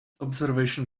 observation